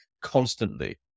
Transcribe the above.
constantly